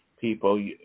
people